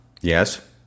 Yes